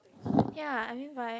ya I but I